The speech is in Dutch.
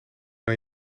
aan